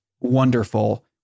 wonderful